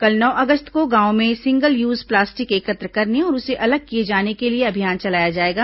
कल नौ अगस्त को गांवों में सिंगल यूज प्लास्टिक एकत्र करने और उसे अलग किए जाने को लिए अभियान चलाया जाएगा